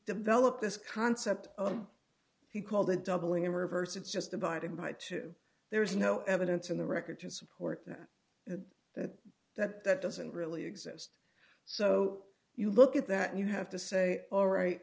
developed this concept he called it doubling in reverse it's just abiding by two there's no evidence in the record to support that that that that doesn't really exist so you look at that you have to say all right